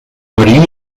maria